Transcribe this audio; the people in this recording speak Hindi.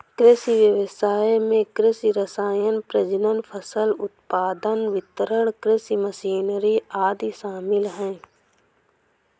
कृषि व्ययसाय में कृषि रसायन, प्रजनन, फसल उत्पादन, वितरण, कृषि मशीनरी आदि शामिल है